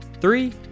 three